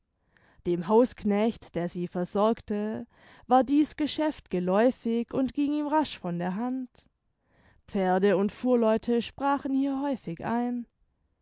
dem hausknecht der sie versorgte war dieß geschäft geläufig und ging ihm rasch von der hand pferde und fuhrleute sprachen hier häufig ein